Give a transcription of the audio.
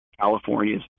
California's